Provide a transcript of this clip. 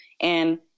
And-